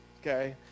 okay